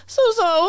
So-so